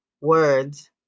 words